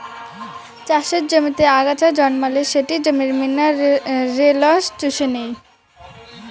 চাষের জমিতে আগাছা জন্মালে সেটি জমির মিনারেলস চুষে নেই